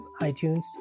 iTunes